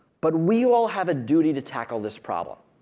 but we all have a duty to tackle this problem.